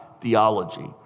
theology